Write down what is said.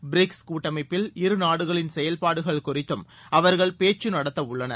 BRICS கூட்டமைப்பில் இரு நாடுகளின் செயல்பாடுகள் குறித்தும் அவர்கள் பேச்சு நடத்தவுள்ளனர்